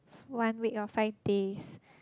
one week loh five days